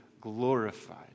glorified